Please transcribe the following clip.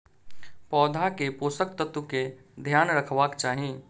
पौधा के पोषक तत्व के ध्यान रखवाक चाही